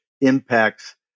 impacts